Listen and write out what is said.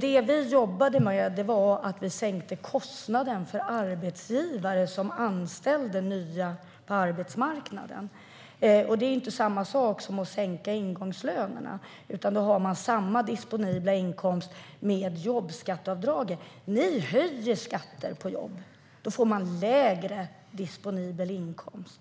Det vi gjorde var att sänka kostnaderna för arbetsgivare som anställde nya på arbetsmarknaden. Det är inte detsamma som att sänka ingångslönerna, utan man har samma disponibla inkomst med jobbskatteavdragen. Ni höjer skatter på jobb, och då får man lägre disponibel inkomst.